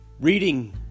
reading